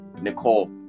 Nicole